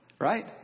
right